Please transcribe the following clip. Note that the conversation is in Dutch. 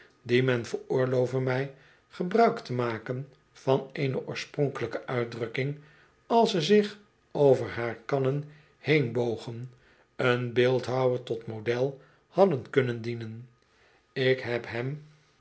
die men veroorlove mij gebruik te maken van eene oorspronkelijke uitdrukking als ze zich over haar kannen heen bogen een beeldhouwer tot model hadden kunnen dienen ik heb hem